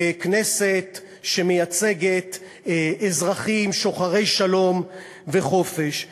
ככנסת שמייצגת אזרחים שוחרי שלום וחופש,